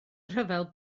rhyfel